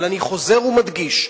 אבל אני חוזר ומדגיש: